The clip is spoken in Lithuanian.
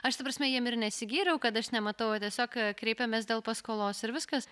aš ta prasme jiem ir nesigyriau kad aš nematau o tiesiog kreipėmės dėl paskolos ir viskas